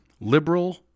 Liberal